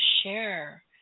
share